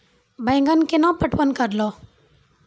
बैंगन केना पटवन करऽ लो?